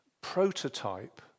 prototype